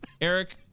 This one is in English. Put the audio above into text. Eric